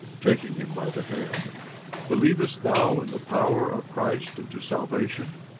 taking him by the hand believest thou in the power of christ unto salvation?